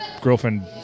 girlfriend